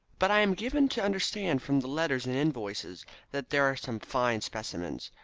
but i am given to understand from the letters and invoices that there are some fine specimens.